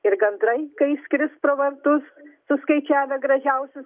ir gandrai kai skris pro vartus suskaičiavę gražiausius